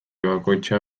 bakoitza